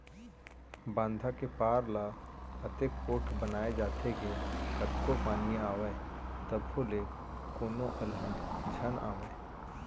बांधा के पार ल अतेक पोठ बनाए जाथे के कतको पानी आवय तभो ले कोनो अलहन झन आवय